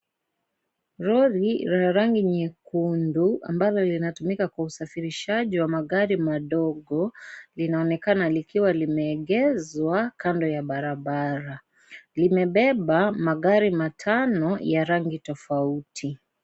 Lori la rangi nyekundu ambalo linatumika kwa usafirishaji wa magari madogo linaonekana likiwa limeegezwa kando ya barabara. Limebeba magari matano ya rangi tofauti.